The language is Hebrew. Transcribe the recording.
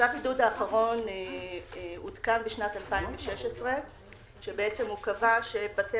צו עידוד האחרון הותקן בשנת 2016 ובעצם הוא קבע שבתי